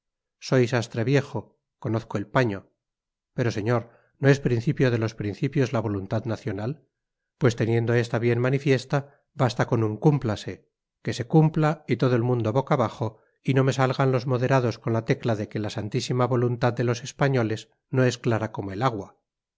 soy sastre viejo conozco el paño pero señor no es principio de los principios la voluntad nacional pues teniendo esta bien manifiesta basta con un cúmplase que se cumpla y todo el mundo boca abajo y no me salgan los moderados con la tecla de que la santísima voluntad de los españoles no es clara como el agua